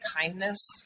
kindness